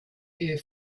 air